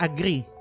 Agree